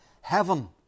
Heaven